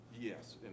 Yes